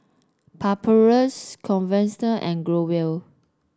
Papulex Convatec and Growell